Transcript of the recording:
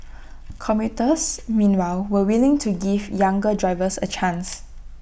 commuters meanwhile were willing to give younger drivers A chance